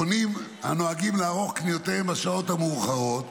קונים הנוהגים לערוך קניותיהם בשעות המאוחרות,